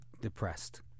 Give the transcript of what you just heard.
depressed